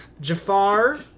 Jafar